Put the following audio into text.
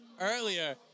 earlier